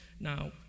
Now